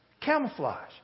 Camouflage